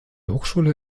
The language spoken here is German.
hochschule